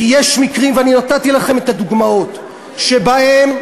כי יש מקרים, ואני נתתי לכם את הדוגמאות, שבהם,